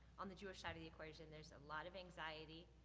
on the jewish side of the equation, there's a lot of anxiety.